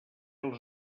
els